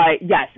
yes